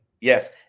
Yes